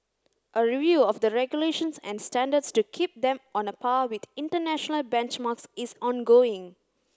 a review of the regulations and standards to keep them on a par with international benchmarks is ongoing